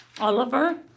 Oliver